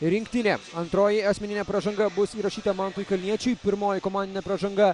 rinktinė antroji asmeninė pražanga bus įrašyta mantui kalniečiui pirmoji komandinė pražanga